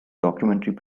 documentary